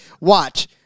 Watch